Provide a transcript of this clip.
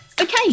Okay